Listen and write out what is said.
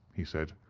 he said.